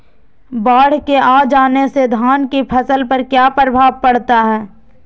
बाढ़ के आ जाने से धान की फसल पर किया प्रभाव पड़ता है?